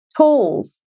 tools